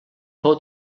fou